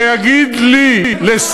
שיגיד לי,